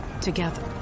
together